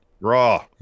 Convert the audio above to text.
Raw